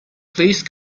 please